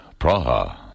Praha